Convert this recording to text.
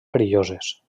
perilloses